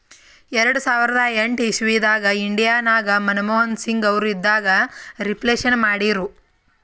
ಎರಡು ಸಾವಿರದ ಎಂಟ್ ಇಸವಿದಾಗ್ ಇಂಡಿಯಾ ನಾಗ್ ಮನಮೋಹನ್ ಸಿಂಗ್ ಅವರು ಇದ್ದಾಗ ರಿಫ್ಲೇಷನ್ ಮಾಡಿರು